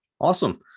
Awesome